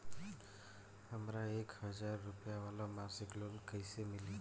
हमरा एक हज़ार रुपया वाला मासिक लोन कईसे मिली?